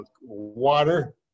Water